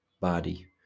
body